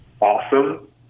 awesome